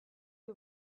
que